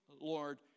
Lord